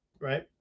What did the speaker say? right